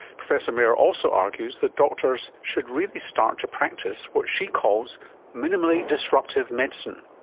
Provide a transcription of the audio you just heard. professor mair also argues that doctors should really start to practice what she calls minimally disruptive medicine.